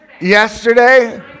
Yesterday